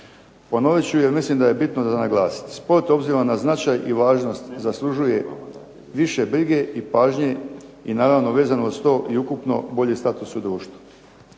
Ponovit ću jer mislim da je bitno za naglasiti, sport obzirom na značaj i važnost zaslužuje više brige i pažnje i naravno vezano uz to i ukupno bolji status u društvu.